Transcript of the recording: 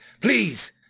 Please